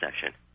session